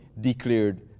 declared